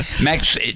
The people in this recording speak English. Max